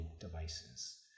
devices